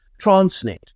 Transnet